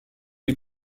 les